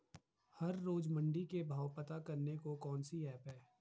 हर रोज़ मंडी के भाव पता करने को कौन सी ऐप है?